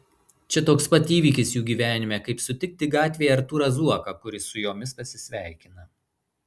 čia toks pat įvykis jų gyvenime kaip sutikti gatvėje artūrą zuoką kuris su jomis pasisveikina